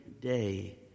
day